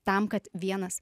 tam kad vienas